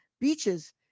beaches